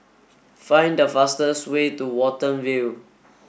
find the fastest way to Watten View